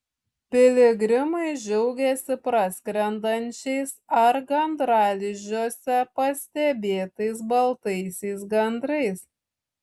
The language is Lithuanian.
piligrimai džiaugėsi praskrendančiais ar gandralizdžiuose pastebėtais baltaisiais gandrais